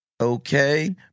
Okay